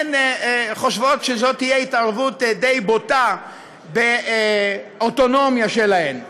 הן חושבות שזו תהיה התערבות די בוטה באוטונומיה שלהן.